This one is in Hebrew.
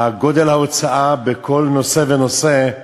גודל ההוצאה בכל נושא ונושא,